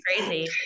crazy